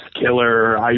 killer